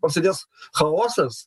prasidės chaosas